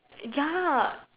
ya